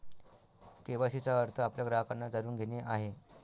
KYC चा अर्थ आपल्या ग्राहकांना जाणून घेणे आहे